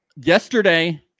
Yesterday